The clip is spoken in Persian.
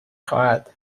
خواهد